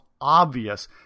obvious